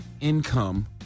income